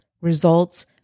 results